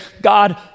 God